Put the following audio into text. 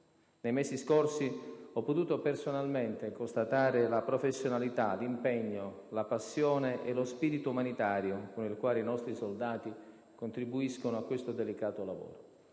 Nei mesi scorsi ho potuto personalmente constatare la professionalità, l'impegno, la passione e lo spirito umanitario con cui i nostri soldati contribuiscono a questo delicato lavoro.